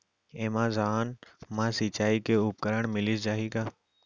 Amazon मा सिंचाई के उपकरण मिलिस जाही का?